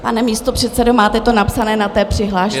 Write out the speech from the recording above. Pane místopředsedo, máte to napsané na té přihlášce.